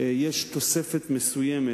יש תוספת מסוימת,